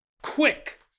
Quick